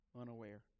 unaware